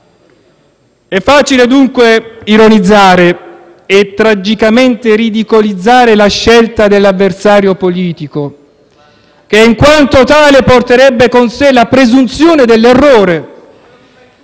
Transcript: È facile dunque ironizzare e tragicamente ridicolizzare la scelta dell'avversario politico che, in quanto tale, porterebbe con sé la presunzione dell'errore.